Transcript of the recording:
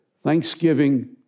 Thanksgiving